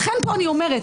לכן פה אני אומרת,